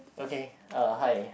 okay uh hi